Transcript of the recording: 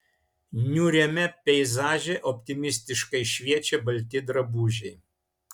niūriame peizaže optimistiškai šviečia balti drabužiai